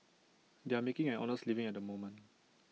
they are making an honest living at the moment